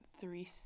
three